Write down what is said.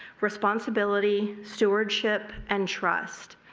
responsibility, stewardship and trust.